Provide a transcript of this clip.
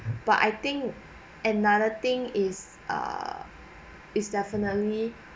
but I think another thing is err is definitely